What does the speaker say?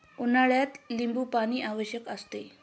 उन्हाळ्यात लिंबूपाणी आवश्यक असते